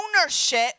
ownership